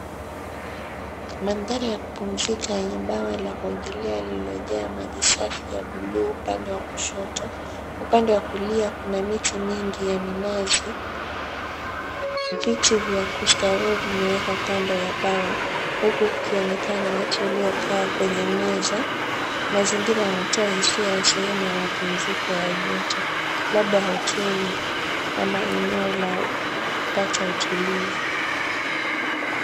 Mandhari ya kupumzika yenye bawa la kuogelea lilojaa maji safi ya bluu upande wa kushoto, upande wa kulia kuna miti mingi ya minazi. Viti vya kustarehe vimewekwa kando ya bawa huku kukionekena watu waliokaa kwenye meza. Mazingira yanatoa hisia ya sehemu ya mapumziko ya joto labda hoteli ama eneo la kupata utulivu.